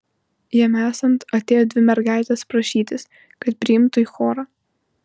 jam esant atėjo dvi mergaitės prašytis kad priimtų į chorą